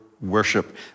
worship